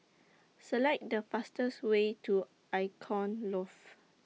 Select The fastest Way to Icon Loft